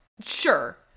Sure